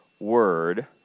word